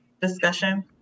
discussion